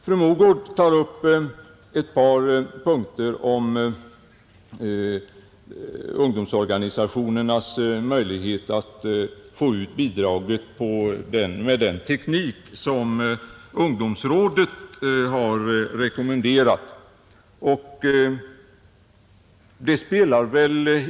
Fru Mogård tog upp ungdomsorganisationernas möjlighet att få ut bidraget med den teknik som ungdomsrådet har rekommenderat.